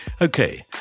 Okay